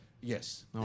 Yes